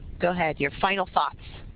go ahead. your final thoughts.